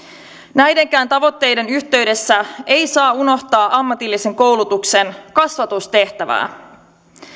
näidenkään tavoitteiden yhteydessä ei saa unohtaa ammatillisen koulutuksen kasvatustehtävää